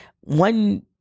one